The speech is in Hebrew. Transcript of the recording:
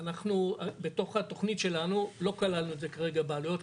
בתוך התכנית שלנו לא כללנו כרגע בעלויות,